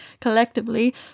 collectively